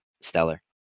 stellar